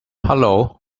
hello